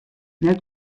net